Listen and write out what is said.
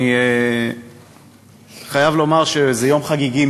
אני חייב לומר שזה יום חגיגי,